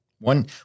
One